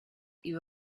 you